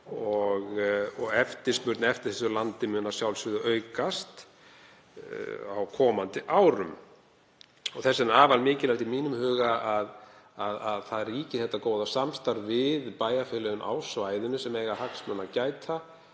Eftirspurn eftir þessu landi mun að sjálfsögðu aukast á komandi árum. Þess vegna er afar mikilvægt í mínum huga að það ríki gott samstarf við bæjarfélögin á svæðinu sem eiga hagsmuna að gæta